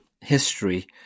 history